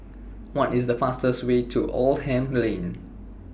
What IS The fastest Way to Oldham Lane